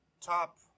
Top